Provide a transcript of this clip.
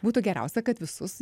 būtų geriausia kad visus